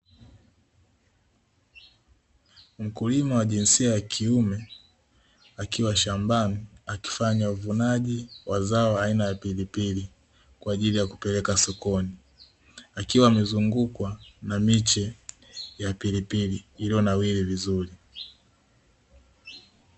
Mkulima wa jinsia ya kiume akiwa shambani akifanya uvunaji wa zao aina ya pilipili kwa ajili ya kupelekwa sokoni, akiwa amezungukwa na miche ya pilipili iliyonawiri vizuri.